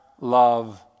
love